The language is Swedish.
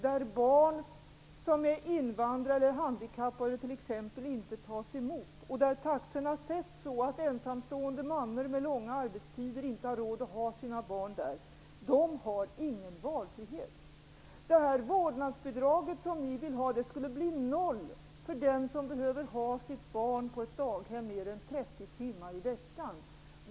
Barn som t.ex. är invandrare eller handikappade skulle inte tas emot och taxorna skulle sättas så högt att ensamstående mammor med långa arbetstider inte skulle ha råd att ha sina barn i barnomsorgen. De skulle inte få någon valfrihet. Det vårdnadsbidrag som ni vill ha skulle bli noll för den som behöver ha sitt barn på daghem mer än 30 timmar per vecka.